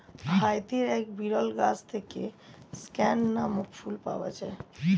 হাইতির এক বিরল গাছ থেকে স্ক্যান নামক ফুল পাওয়া যায়